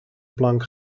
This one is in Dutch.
plank